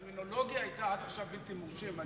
הטרמינולוגיה היתה עד עכשיו "בלתי מורשים".